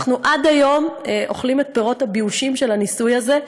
אנחנו עד היום אוכלים את פירות הבאושים של הניסוי הזה,